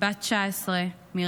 בת 19 מרעננה.